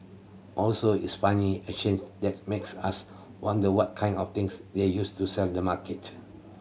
also it's funny a chance that makes us wonder what kind of things they used to sell the market